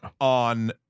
on